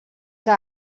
que